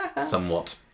somewhat